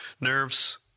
Nerves